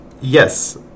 Yes